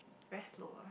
very slow ah